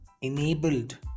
enabled